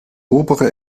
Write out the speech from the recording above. obere